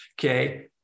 okay